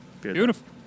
Beautiful